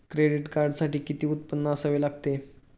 Credit कार्डसाठी किती उत्पन्न असावे लागते?